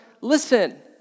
listen